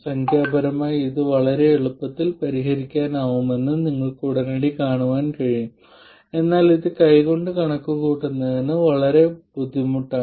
സംഖ്യാപരമായി ഇത് വളരെ എളുപ്പത്തിൽ പരിഹരിക്കാനാകുമെന്ന് നിങ്ങൾക്ക് ഉടനടി കാണാൻ കഴിയും എന്നാൽ ഇത് കൈകൊണ്ട് കണക്കുകൂട്ടുന്നത് വളരെ ബുദ്ധിമുട്ടാണ്